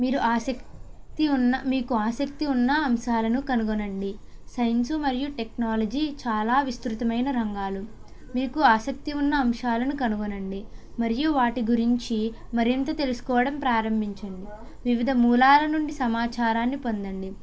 మీరు ఆసక్తి ఉన్న మీకు ఆసక్తి ఉన్న అంశాలను కనుగొనండి సైన్సు మరియు టెక్నాలజీ చాలా విస్తృతమైన రంగాలు మీకు ఆసక్తి ఉన్న అంశాలను కనుగొనండి మరియు వాటి గురించి మరింత తెలుసుకోవడం ప్రారంభించండి వివిధ మూలాల నుండి సమాచారాన్ని పొందండి